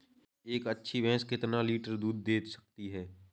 एक अच्छी भैंस कितनी लीटर दूध दे सकती है?